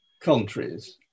countries